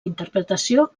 interpretació